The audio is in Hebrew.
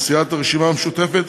לסיעת הרשימה המשותפת,